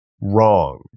wrong